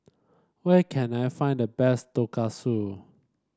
where can I find the best Tonkatsu